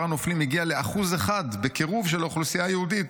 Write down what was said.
הנופלים הגיע ל-1% בקירוב של האוכלוסייה היהודית.